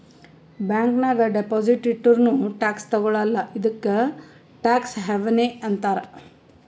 bank ನಾಗ್ deposit ಇಟ್ಟುರ್ನೂ tax ತಗೊಳಲ್ಲ ಇದ್ದುಕೆ ಟ್ಯಾಕ್ಸ್ ಹವೆನ್ ಅಂತಾರ್